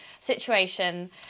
situation